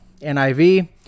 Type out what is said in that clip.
NIV